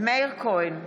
מאיר כהן,